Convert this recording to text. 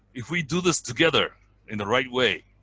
if we do this together in the right way,